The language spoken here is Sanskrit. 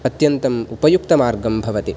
अत्यन्तम् उपयुक्तमार्गां भवति